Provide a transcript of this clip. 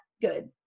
good